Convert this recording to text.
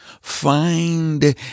find